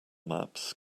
maps